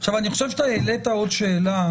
אתה העלית עוד שאלה